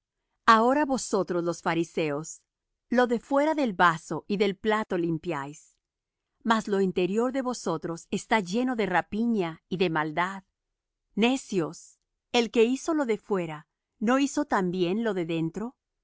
ahora vosotros los fariseos lo de fuera del vaso y del plato limpiáis mas lo interior de vosotros está lleno de rapiña y de maldad necios el que hizo lo de fuera no hizo también lo de dentro